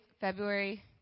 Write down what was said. February